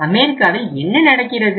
அமெரிக்காவில் என்ன நடக்கிறது